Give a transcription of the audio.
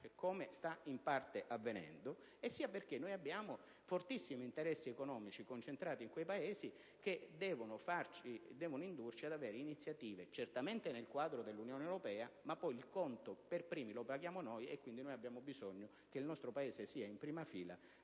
come sta in parte avvenendo. Inoltre, noi abbiamo fortissimi interessi economici concentrati in quei Paesi, che devono indurci ad assumere iniziative, certamente nel quadro dell'Unione europea: ma il conto per primi lo paghiamo noi, e quindi abbiamo bisogno che il nostro Paese sia in prima fila